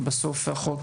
כי בסוף החוק,